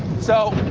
so